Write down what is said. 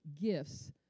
gifts